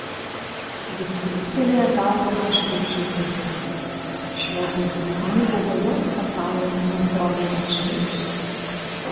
jis kryptelėjo galvą į žvaigždžių pusę šiuodu jausmai buvo jos pasaulio neutroninės žvaigždės